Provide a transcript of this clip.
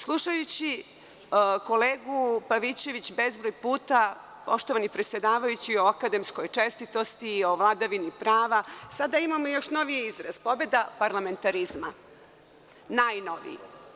Slušajući kolegu Pavićevića bezbroj puta, poštovani predsedavajući, o akademskoj čestitosti i o vladavini prava, sada imamo još noviji izraz – pobeda parlamentarizma, najnoviji.